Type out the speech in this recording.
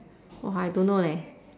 !wah! I don't know leh